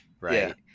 right